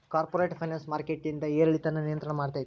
corporate finance ಮಾರ್ಕೆಟಿಂದ್ ಏರಿಳಿತಾನ ನಿಯಂತ್ರಣ ಮಾಡ್ತೇತಿ